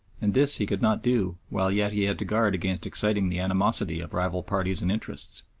and this he could not do while yet he had to guard against exciting the animosity of rival parties and interests.